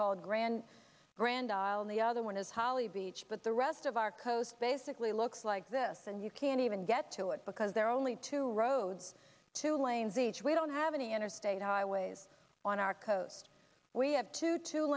called grand grand isle the other one is holly beach but the rest of our coast basically looks like this and you can't even get to it because there are only two roads two lanes each we don't have any interstate highways on our coast we have two two